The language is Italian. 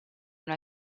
una